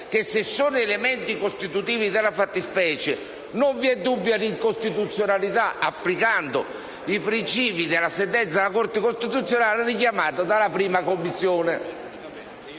tratta di elementi costitutivi della fattispecie, non è dubbia l'incostituzionalità applicando i principi dalla sentenza della Corte costituzionale richiamata dalla 1a Commissione.